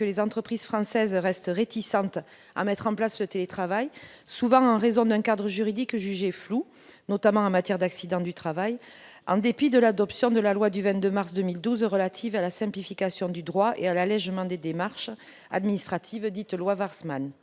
les entreprises françaises restent réticentes à mettre en place le télétravail, souvent en raison d'un cadre juridique jugé flou, notamment en matière d'accidents du travail, en dépit de l'adoption de la loi du 22 mars 2012 relative à la simplification du droit et à l'allégement des démarches administratives, dite « loi Warsmann